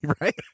Right